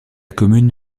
commune